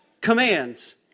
Commands